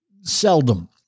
seldom